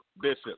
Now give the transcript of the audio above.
Bishop